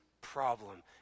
problem